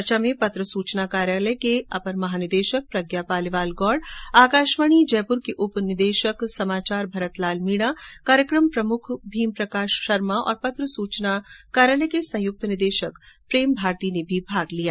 चर्चा में पत्र सूचना कार्यालय के अपर महानिदेशक रीजन प्रज्ञा पालीवाल गौड आकाशवाणी जयपुर के उप निदेशक समाचार भरतलाल मीणा कार्यक्रम प्रमुख भीमप्रकाश शर्मा और पत्र सूचना कार्यालय के संयुक्त निदेशक प्रेम भारती ने भी भाग लिया